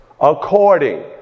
according